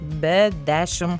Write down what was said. be dešim